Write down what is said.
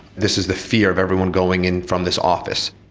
this is the fear of everyone going in from this office.